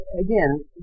again